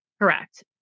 correct